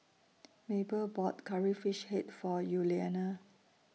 Mable bought Curry Fish Head For Yuliana